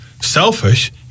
Selfish